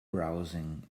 browsing